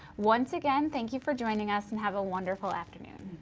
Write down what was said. once again, thank you for joining us and have a wonderful afternoon.